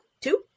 two